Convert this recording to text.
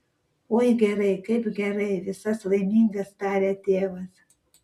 oi gerai kaip gerai visas laimingas taria tėvas